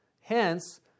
hence